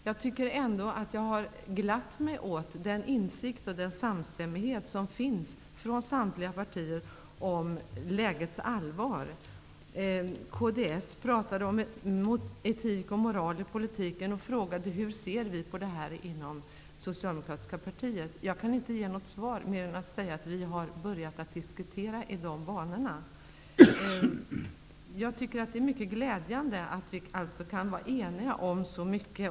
Jag har ändå glatt mig åt den insikt och samstämmighet som finns från samtliga partier om lägets allvar. Kds talade om etik och moral i politiken och frågade hur vi inom det socialdemokratiska partiet ser på detta. Jag kan inte ge något annat svar än att vi har börjat diskutera i dessa banor. Det är mycket glädjande att vi kan vara eniga om så mycket.